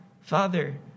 Father